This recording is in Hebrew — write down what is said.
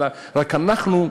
רק אנחנו,